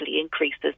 increases